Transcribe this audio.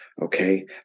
Okay